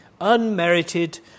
unmerited